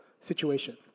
situation